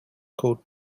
called